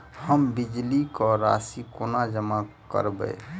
हम बिजली कऽ राशि कोना जमा करबै?